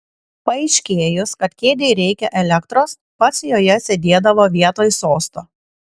paaiškėjus kad kėdei reikia elektros pats joje sėdėdavo vietoj sosto